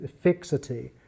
fixity